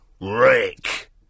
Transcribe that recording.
Rick